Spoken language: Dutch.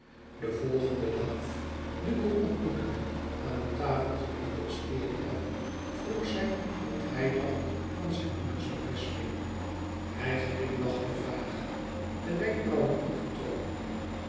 den volgenden dag duco ontmoetende aan hun tafeltje in de osteria vroeg zij wat hij dacht van zijn moeders berisping hij glimlachte vaag de wenkbrauwen opgetrokken